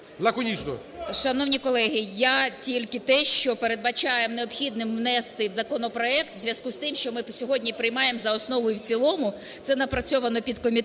Шановні колеги! Я тільки те, що передбачаємо необхідним внести в законопроект в зв'язку з тим, що ми сьогодні приймаємо за основу і в цілому. Це напрацьовано підкомітетом